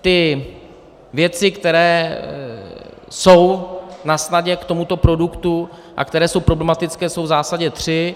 Ty věci, které jsou nasnadě k tomuto produktu a které jsou problematické, jsou v zásadě tři.